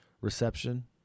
reception